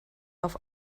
auf